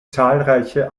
zahlreiche